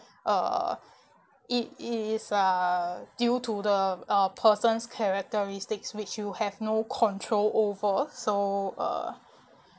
uh it is uh due to the uh person's characteristics which you have no control over so uh